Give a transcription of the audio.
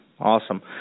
awesome